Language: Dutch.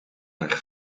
haar